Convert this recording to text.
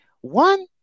one